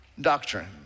doctrine